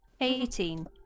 Eighteen